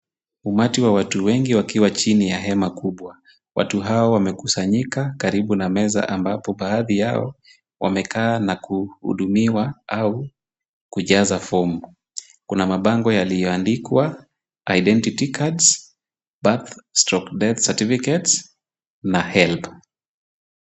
Umati wa watu wengi wakiwa chini ya hema kubwa. Watu hao wamekusanyika karibu na meza ambao baadhi yao wamekaa na kuhudumiwa au kujaza fomu. Kuna mabango yaliyoandikwa identity cards, birth/death certificate na helb .